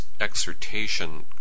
exhortation